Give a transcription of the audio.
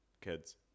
kids